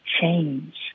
change